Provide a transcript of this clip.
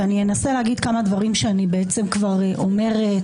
ואני אנסה להגיד כמה דברים שאני כבר אומרת,